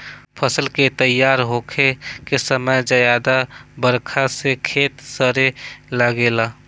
फसल के तइयार होखे के समय ज्यादा बरखा से खेत सड़े लागेला